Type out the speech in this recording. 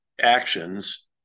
actions